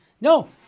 No